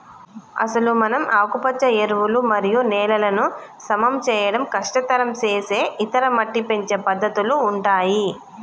అసలు మనం ఆకుపచ్చ ఎరువులు మరియు నేలలను సమం చేయడం కష్టతరం సేసే ఇతర మట్టి పెంచే పద్దతుల ఉంటాయి